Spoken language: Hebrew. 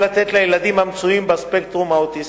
לתת לילדים המצויים בספקטרום האוטיסטי.